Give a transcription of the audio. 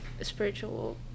spiritual